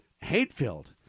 hate-filled